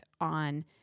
on